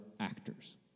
actors